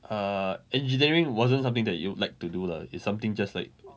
err engineering wasn't something that you'd like to do lah it's something just like